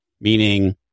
meaning